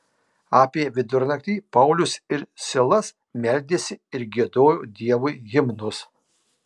apie vidurnaktį paulius ir silas meldėsi ir giedojo dievui himnus